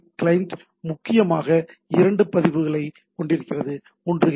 client முக்கியமாக இரண்டு பதிப்புகளைக் கொண்டிருக்கிறது ஒன்று ஹெச்